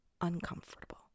uncomfortable